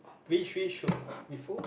we three should we fool